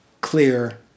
clear